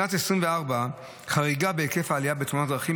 שנת 2024 חריגה בהיקף העלייה בתאונות הדרכים.